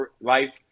life